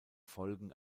folgen